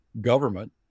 government